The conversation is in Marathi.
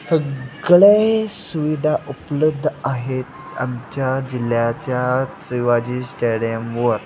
सगळे सुविधा उपलब्ध आहेत आमच्या जिल्ह्याच्या शिवाजी स्टॅडियमवर